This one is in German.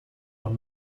von